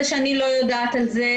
זה שאני לא יודעת על זה,